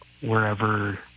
wherever